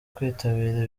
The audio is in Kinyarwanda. kwitabira